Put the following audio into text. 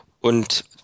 und